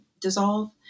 dissolve